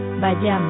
Vayamos